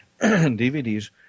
DVDs